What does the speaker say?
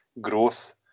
growth